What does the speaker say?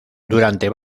durante